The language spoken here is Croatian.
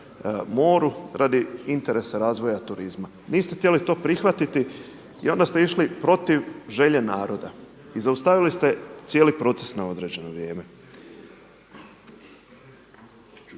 moru radi interesa razvoja turizma. Niste htjeli to prihvatiti i onda ste išli protiv želje naroda i zaustavili ste cijeli proces na određeno vrijeme.